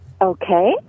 Okay